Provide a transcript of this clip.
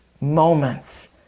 moments